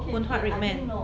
Phoon Huat RedMan